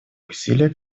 усилиях